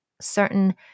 certain